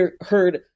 heard